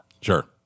Sure